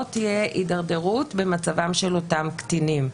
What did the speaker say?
תהיה הדרדרות במצבם של אותם קטינים.